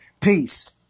Peace